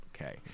Okay